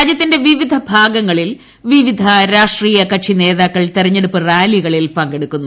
രാജ്യത്തിന്റെ വിവിധ ഭാഗങ്ങളിൽ വിവിധ രാഷ്ട്രീയ കക്ഷി നേതാക്കൾ തെരഞ്ഞെടുപ്പ് റാലികളിൽ പങ്കെടുക്കുന്നു